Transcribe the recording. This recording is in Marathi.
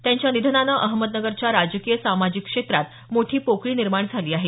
त्यांच्या निधनानं अहमदनगरच्या राजकीय सामाजिक क्षेत्रात मोठी पोकळी निर्माण झाली आहे